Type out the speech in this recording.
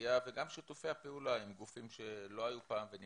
עלייה וגם שיתופי הפעולה עם גופים שלא היו פעם והיום